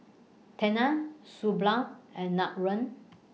Tena Suu Balm and Nutren